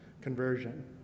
conversion